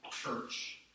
Church